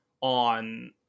on